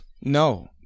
No